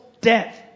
death